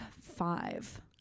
five